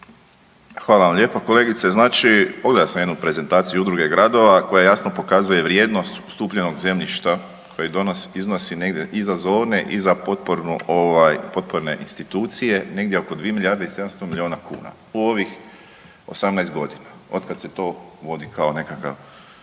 Hvala vam lijepa kolegice. Znači, pogledao sam jednu prezentaciju Udruge gradova koja jasno pokazuje vrijednost ustupljenog zemljišta koji .../Govornik se ne razumije./... iznosi negdje i za .../Govornik se ne razumije./... i za potpornu ovaj potporne institucije, negdje oko 2 milijarde i 700 milijuna kuna u ovih 18 godina otkad se to vodi kao nekakav